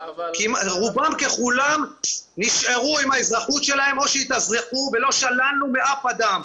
רובם ככולם נשארו עם האזרחות שלהם או שהתאזרחו ולא שללנו מאף אדם.